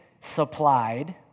supplied